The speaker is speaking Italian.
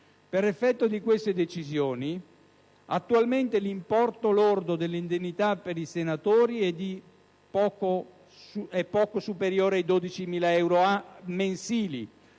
Per effetto di queste decisioni, attualmente l'importo lordo dell'indennità dei senatori è di poco superiore ai 12.000 euro mensili,